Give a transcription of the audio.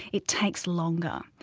it takes longer.